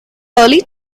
early